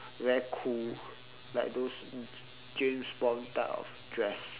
very cool like those james bond type of dress